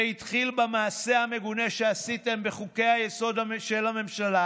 זה התחיל במעשה המגונה שעשיתם בחוקי-היסוד של הממשלה